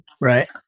right